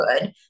good